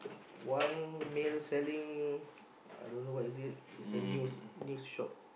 one male selling I don't know what is it it's a news news shop